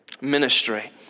Ministry